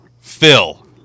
Phil